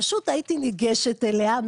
פשוט הייתי ניגשת אליה,